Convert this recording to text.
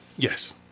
Yes